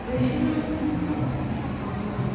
विषयान् अहम्